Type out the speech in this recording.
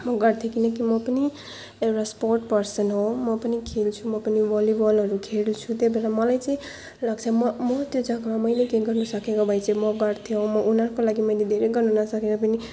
म गर्थेँ किनकि म पनि एउटा स्पोर्ट पर्सन हो म पनि खेल्छु म पनि भलिबलहरू खेल्छु त्य़ही भएर मलाई चाहिँ लाग्छ म म त्यो जग्गामा मैले केही गर्नु सकेको भए चाहिँ म गर्थेँ म उनीहरूको लागि मैले धेरै गर्न नसके पनि